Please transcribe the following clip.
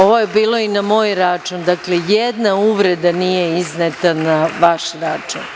Ovo je bilo i na moj račun, ni jedna uvreda nije izneta na vaš račun.